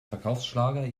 verkaufsschlager